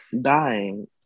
dying